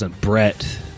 Brett